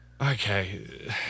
Okay